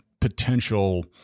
potential